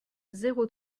zéro